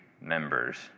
members